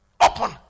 Open